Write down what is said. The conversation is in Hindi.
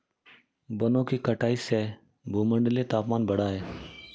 वनों की कटाई से भूमंडलीय तापन बढ़ा है